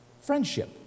friendship